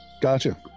Gotcha